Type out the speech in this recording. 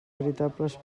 veritables